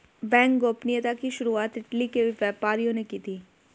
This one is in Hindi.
बैंक गोपनीयता की शुरुआत इटली के व्यापारियों ने की थी